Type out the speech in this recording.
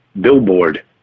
billboard